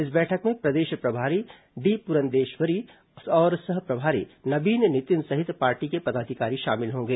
इस बैठक में प्रदेश प्रभारी डी पुरंदेश्वरी और सह प्रभारी नबीन नितिन सहित पार्टी के पदाधिकारी शामिल होंगे